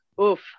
Oof